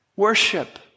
Worship